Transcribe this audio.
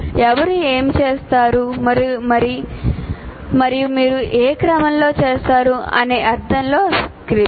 ఎవరు ఏమి చేస్తారు మరియు మీరు ఏ క్రమంలో చేస్తారు అనే అర్థంలో స్క్రిప్ట్